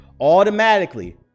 automatically